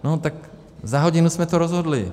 No tak za hodinu jsme to rozhodli.